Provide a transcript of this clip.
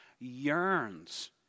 yearns